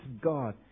God